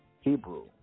Hebrew